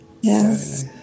Yes